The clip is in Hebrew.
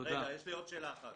יש לי עוד שאלה אחת,